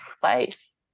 place